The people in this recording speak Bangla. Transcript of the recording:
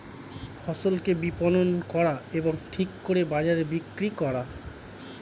ফসলকে বিপণন করা এবং ঠিক দরে বাজারে বিক্রি করা